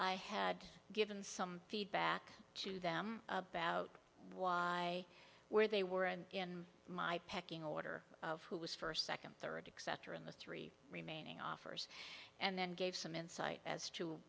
i had given some feedback to them about why where they were and in my pecking order of who was first second third etc in the three remaining offers and then gave some insight as to